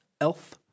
Elf